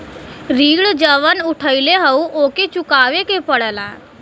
ऋण जउन उठउले हौ ओके चुकाए के पड़ेला